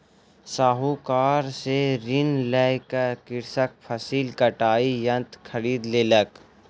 साहूकार से ऋण लय क कृषक फसिल कटाई यंत्र खरीद लेलक